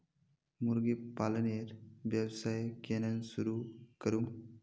मुर्गी पालनेर व्यवसाय केन न शुरु करमु